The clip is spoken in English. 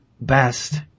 best